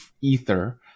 ether